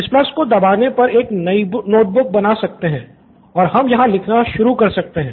इस प्लस को दबाने पर एक नई नोटबुक बना सकते हैं और हम यहाँ लिखना शुरू कर सकते हैं